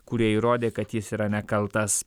kurie įrodė kad jis yra nekaltas